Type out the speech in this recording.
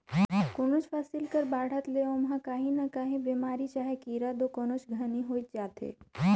कोनोच फसिल कर बाढ़त ले ओमहा काही न काही बेमारी चहे कीरा दो कोनोच घनी होइच जाथे